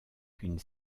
qu’une